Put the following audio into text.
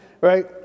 right